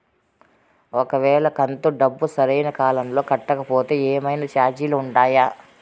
ఒక వేళ కంతు డబ్బు సరైన కాలంలో కట్టకపోతే ఏమన్నా చార్జీలు ఉండాయా?